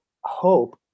hope